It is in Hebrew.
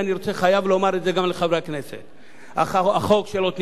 החוק של עתניאל שנלר במהות פותח את אזורי הרישום.